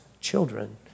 children